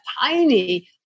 tiny